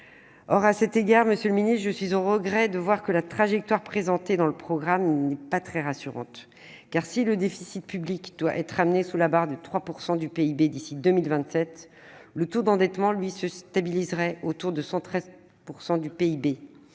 Or, à cet égard, monsieur le ministre, je suis au regret de constater que la trajectoire présentée dans le programme de stabilité n'a rien de rassurant. Si le déficit public doit être ramené sous la barre des 3 % du PIB d'ici à 2027, le taux d'endettement, lui, se stabiliserait autour de 113 % du PIB.